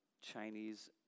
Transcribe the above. Chinese